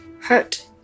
hurt